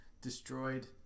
destroyed